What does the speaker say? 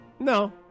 No